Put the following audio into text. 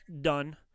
done